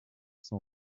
sans